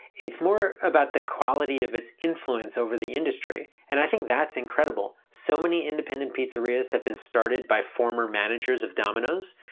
it's more about the quality of its influence over the industry. and i think that's incredible. so many independent pizzerias have been started by former managers of domino's.